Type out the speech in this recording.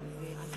חובת